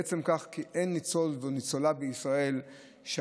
זה בעצם כך כי אין ניצול או ניצולה בישראל שהיום,